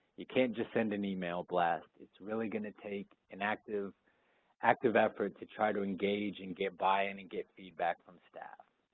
you can't just send an email blast. it's really gonna take an active active effort to try to engage and get buy-in and and get feedback from staff.